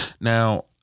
Now